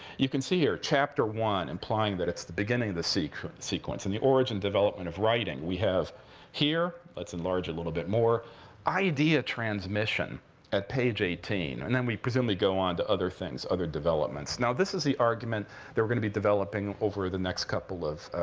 you can see here chapter one, implying that it's the beginning of the sequence, in the origin development of writing. we have here let's enlarge a little bit more idea transmission at page eighteen. and then we presumably go on to other things, other developments. now, this is the argument we're going to be developing over the next couple of